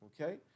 okay